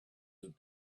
that